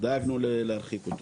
דאגנו להרחיק אותו.